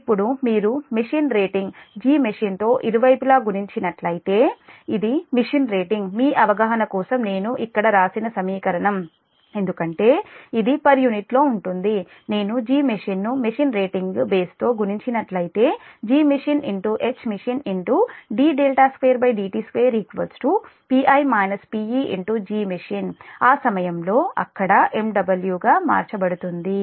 ఇప్పుడు మీరు machine rating Gmachine తో ఇరువైపులా గుణించి నట్లయితే అది మెషిన్ రేటింగ్ మీ అవగాహన కోసం నేను ఇక్కడ వ్రాసిన సమీకరణం ఎందుకంటే ఇది పర్ యూనిట్ లో ఉంటుంది నేను Gmachine ను మెషిన్ రేటింగ్ బేస్ తో గుణించి నట్లయితే Gmachine Hmachine d2dt2 Pi -PeGmachine ఆ సమయంలో అక్కడ MW గా మార్చబడుతుంది